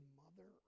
mother